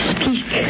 Speak